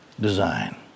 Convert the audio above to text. design